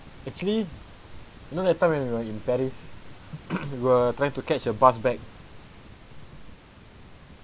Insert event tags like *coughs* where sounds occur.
actually no that time when we were in paris *coughs* were trying to catch a bus back